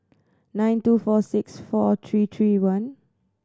nine two four six four three three one